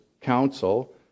council